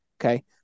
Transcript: okay